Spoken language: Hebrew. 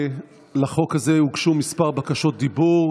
לחוק הזה הוגשו כמה בקשות דיבור.